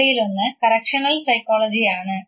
അവയിലൊന്ന് correctional psychology ആണ്